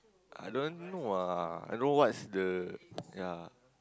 I don't know ah I don't know what's the ya